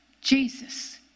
Jesus